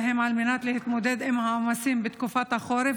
מנת להתמודד עם העומסים בתקופת החורף?